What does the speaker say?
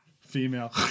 female